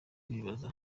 bitabaza